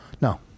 No